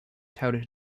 touted